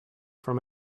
from